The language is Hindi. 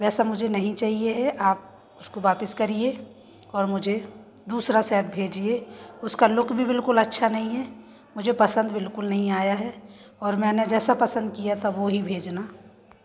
वैसा मुझे नहीं चाहिए है आप उसको वापस करिए और मुझे दूसरा सेट भेजिए उसका लुक भी बिल्कुल अच्छा नहीं है मुझे पसंद बिल्कुल नहीं आया है और मैंने जैसा पसंद किया था वो ही भेजना